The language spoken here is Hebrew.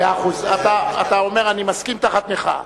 אתה אומר: אני מסכים תחת מחאה.